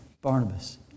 Barnabas